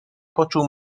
poczuł